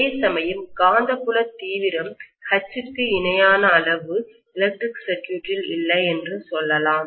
அதேசமயம் காந்தப்புல தீவிரம் H க்கு இணையான அளவு எலக்ட்ரிகல் சர்க்யூட்டில் இல்லை என சொல்லலாம்